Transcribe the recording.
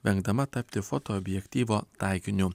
vengdama tapti fotoobjektyvo taikiniu